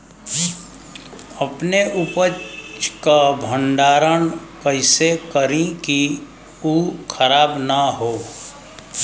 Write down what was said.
अपने उपज क भंडारन कइसे करीं कि उ खराब न हो?